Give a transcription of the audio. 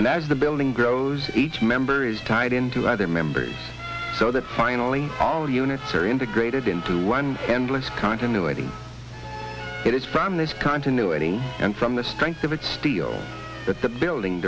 and as the building grows each member is tied into other members so that finally all units are integrated into one endless continuity it is from this continuity and from the strength of its steel that the building